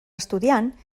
estudiant